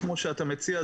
כפי שאתה מציע,